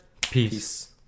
peace